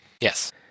Yes